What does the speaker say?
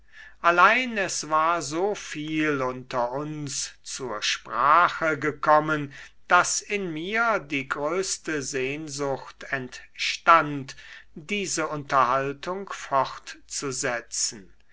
allein es war so viel unter uns zur sprache gekommen daß in mir die größte sehnsucht entstand diese unterhaltung fortzusetzen